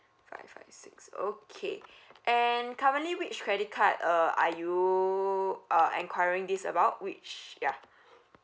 five five six okay and currently which credit card uh are you uh enquiring this about which yeah